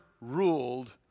ruled